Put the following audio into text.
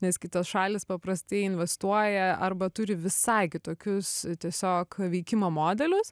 nes kitos šalys paprastai investuoja arba turi visai kitokius tiesiog veikimo modelius